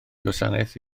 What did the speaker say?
gwasanaeth